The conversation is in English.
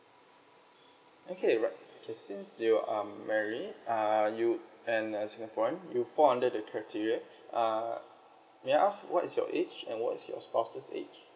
okay right okay since you um married are you and uh singaporean you fall under the criteria uh may I ask what is your age and what is your spouse's age